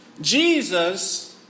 Jesus